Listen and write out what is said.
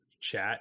chat